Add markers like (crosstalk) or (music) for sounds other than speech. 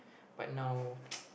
but now (noise)